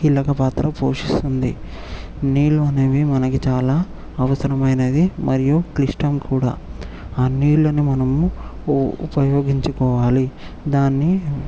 కీలక పాత్ర పోషిస్తుంది నీళ్లు అనేవి మనకి చాలా అవసరమైనది మరియు క్లిష్టం కూడా ఆ నీళ్లన్నీ మనము ఉ ఉపయోగించుకోవాలి దాన్ని